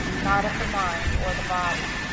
not of the mind or the body.